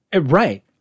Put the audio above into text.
Right